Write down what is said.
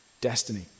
destiny